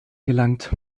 gelangt